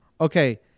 okay